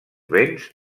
béns